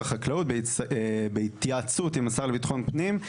החקלאות בהתייעצות עם השר לביטחון פנים,